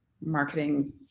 marketing